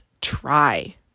try